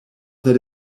that